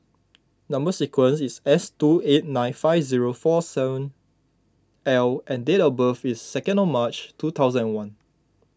Number Sequence is S two eight nine five zero four seven L and date of birth is second of March two thousand and one